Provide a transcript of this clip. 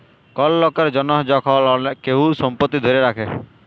call লকের জনহ যখল কেহু সম্পত্তি ধ্যরে রাখে